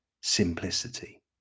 simplicity